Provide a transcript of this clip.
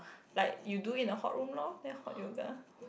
like you do in a hot room loh then hot yoga